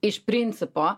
iš principo